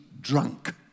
drunk